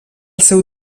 seu